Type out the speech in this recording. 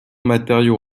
matériau